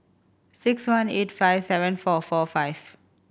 six one eight five seven four four five